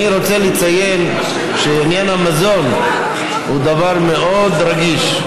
אני רוצה לציין שהמזון הוא דבר מאוד רגיש.